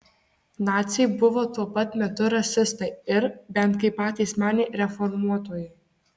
naciai buvo tuo pat metu rasistai ir bent kaip patys manė reformuotojai